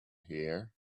here